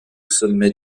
sommet